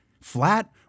flat